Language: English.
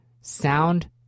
sound